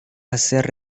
hacer